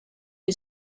une